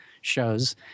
shows